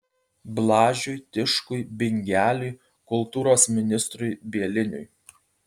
blažiui tiškui bingeliui kultūros ministrui bieliniui